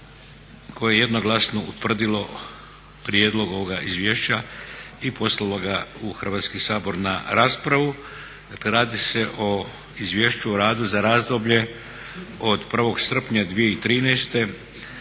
koje je jednoglasno utvrdilo prijedlog ovoga izvješća i poslalo ga u Hrvatski sabor na raspravu. Dakle, radi se o Izvješću o radu za razdoblje od 1. srpnja 2013.